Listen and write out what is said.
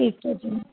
ਠੀਕ ਆ ਜੀ